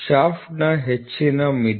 ಶಾಫ್ಟ್ನ ಹೆಚ್ಚಿನ ಮಿತಿ